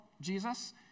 Jesus